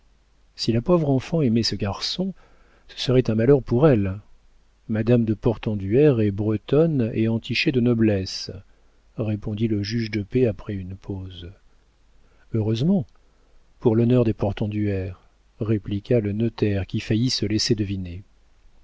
si la pauvre enfant aimait ce garçon ce serait un malheur pour elle madame de portenduère est bretonne et entichée de noblesse répondit le juge de paix après une pause heureusement pour l'honneur des portenduère répliqua le notaire qui faillit se laisser deviner